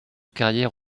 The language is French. carrière